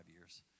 years